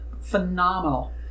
phenomenal